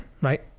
right